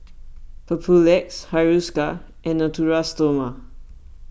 Papulex Hiruscar and Natura Stoma